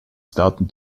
staten